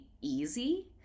easy